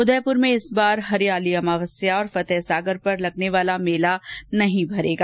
उदयपुर में इस बार हरियाली अमावस्या और फतेहसागर पर लगने वाला मेला नहीं भरेगा